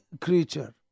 creature